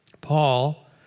Paul